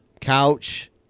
Couch